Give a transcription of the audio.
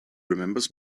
remembers